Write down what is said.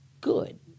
good